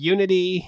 Unity